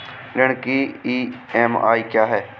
ऋण की ई.एम.आई क्या है?